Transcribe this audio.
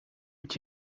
moet